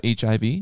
HIV